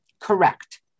Correct